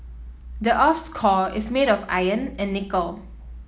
the earth's core is made of iron and nickel